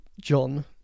john